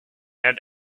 and